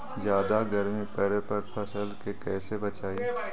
जादा गर्मी पड़े पर फसल के कैसे बचाई?